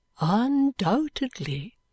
undoubtedly